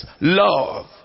love